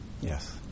Yes